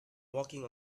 walking